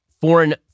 foreign